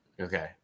Okay